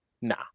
Nah